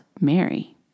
Mary